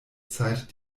zeit